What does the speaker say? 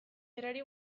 berari